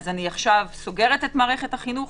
אני עכשיו סוגרת את מערכת החינוך?